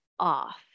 off